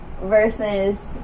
Versus